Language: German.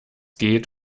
geht